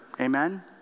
Amen